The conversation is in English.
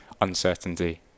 uncertainty